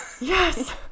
Yes